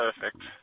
perfect